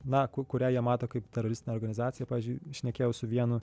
na kurią jie mato kaip teroristinę organizaciją pavyzdžiui šnekėjau su vienu